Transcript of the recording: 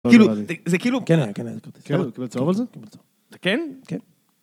כאילו זה זה כאילו... כן היה, כן היה. כן, הוא קיבל צהוב על זה? כן? כן